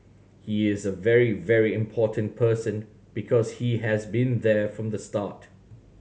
he is a very very important person because he has been there from the start